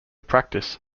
practice